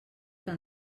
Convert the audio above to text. que